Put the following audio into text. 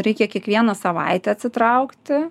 reikia kiekvieną savaitę atsitraukti